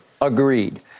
Agreed